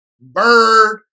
Bird